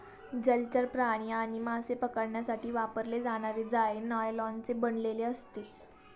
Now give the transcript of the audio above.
जलचर प्राणी आणि मासे पकडण्यासाठी वापरले जाणारे जाळे नायलॉनचे बनलेले असते